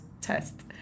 test